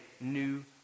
new